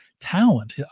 talent